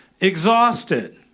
Exhausted